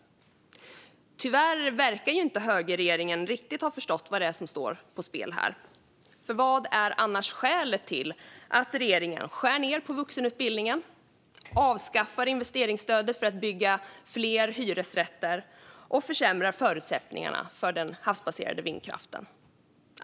Tyvärr verkar inte högerregeringen riktigt ha förstått vad det är som står på spel här. Vad är annars skälet till att regeringen skär ned på vuxenutbildningen, avskaffar investeringsstödet för att bygga fler hyresrätter och försämrar förutsättningarna för den havsbaserade vindkraften?